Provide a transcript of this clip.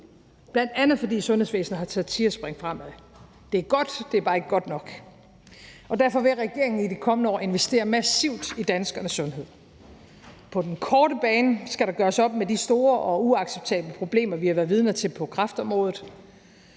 bl.a. fordi sundhedsvæsenet har taget et tigerspring fremad. Det er godt, men bare ikke godt nok, og derfor vil regeringen i de kommende år investere massivt i danskernes sundhed. På den korte bane skal der gøres op med de store og uacceptable problemer, vi har været vidne til på kræftområdet.